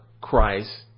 Christ